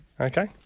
okay